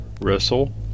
Russell